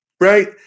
right